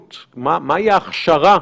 מהסוג הזה.